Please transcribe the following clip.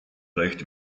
reicht